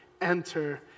Enter